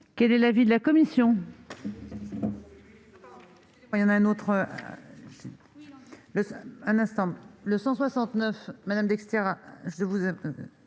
Quel est l'avis de la commission ?